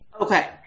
Okay